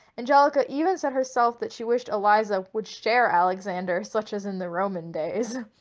angelica even said herself that she wished eliza would share alexander such as in the roman days,